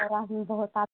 और आज भी बहुत आप